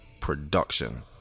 production